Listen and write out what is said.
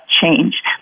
change